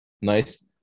nice